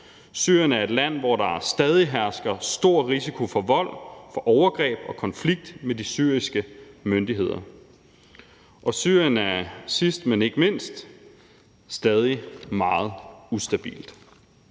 Syrien er et land, hvor der stadig hersker stor risiko for vold og overgreb og for konflikt med de syriske myndigheder. Og Syrien er sidst, men ikke mindst, stadig meget ustabilt.